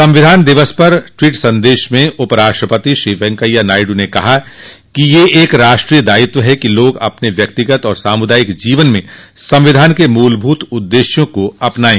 संविधान दिवस पर ट्वीट संदेश में उपराष्ट्रपति श्री नायडू ने कहा है कि यह एक राष्ट्रीय दायित्व है कि लोग अपने व्यक्तिगत और सामुदायिक जीवन में संविधान के मूलभूत उद्देश्यों को अपनाएं